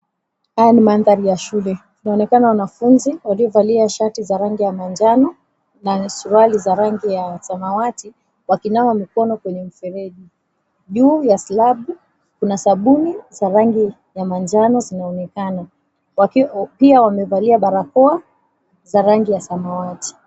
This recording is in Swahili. Haya ni mandhari ya shule. Inaonekana wanafunzi waliovalia shati za rangi ya manjano na suruali za rangi ya samawati, wakinawa mikono kwenye mfereji. Juu ya slab kuna sabuni za rangi ya manjano zinaonekana. Pia wamevalia barakoa za rangi ya samawati.